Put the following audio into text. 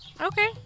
okay